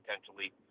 potentially